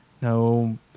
No